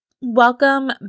Welcome